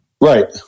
Right